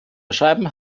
beschreiben